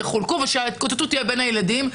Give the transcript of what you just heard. ושההתקוטטות תהיה בין הילדים,